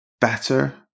better